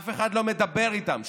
אף אחד לא מדבר איתם.